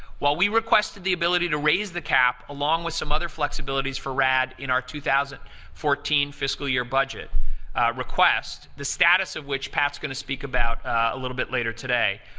while we requested the ability to raise the cap, along with some other flexibilities for rad in our two thousand and fourteen fiscal year budget request, the status of which pat is going to speak about a little bit later today,